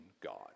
God